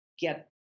get